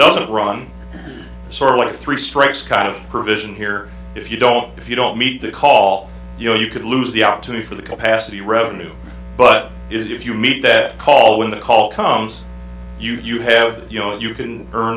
doesn't run sort of what three strikes kind of provision here if you don't if you don't meet the call you know you could lose the opportunity for the capacity revenues but if you meet that call when the call comes you have you know you can